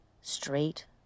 straight